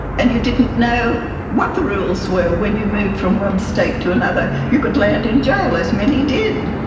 and you didn't know what the rules were when you moved from one state to another, you could land in jail, as many did.